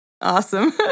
Awesome